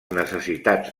necessitats